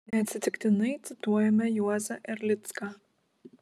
neatsitiktinai cituojame juozą erlicką